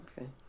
okay